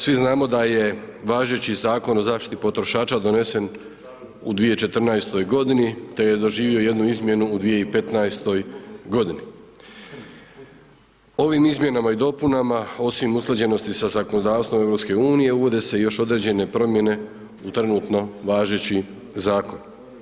Svi znamo da je važeći Zakon o zaštiti potrošača donesen u 2014. g. te je doživio jednu izmjenu u 2015. g. Ovim izmjenama i dopunama, osim usklađenosti sa zakonodavstvom EU, uvode se još određene promijene u trenutno važećim zakonom.